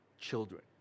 children